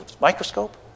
Microscope